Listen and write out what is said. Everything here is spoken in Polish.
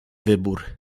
wybór